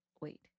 wait